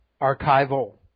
archival